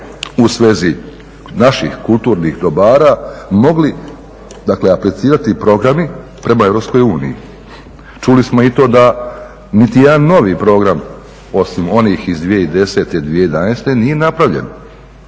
u svezi naših kulturnih dobara mogli aplicirati programi prema EU. Čuli smo da niti jedan novi program osim onih iz 2010., 2011.nije napravljeno,